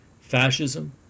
fascism